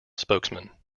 spokesman